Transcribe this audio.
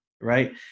right